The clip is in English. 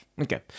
Okay